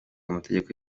amategeko